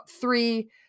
three